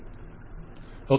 vendor okay